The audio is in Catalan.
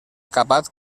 capat